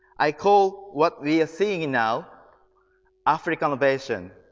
i call what we are seeing and now africannovation.